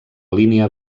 línia